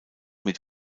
mit